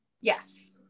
Yes